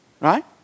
right